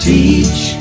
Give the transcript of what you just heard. Teach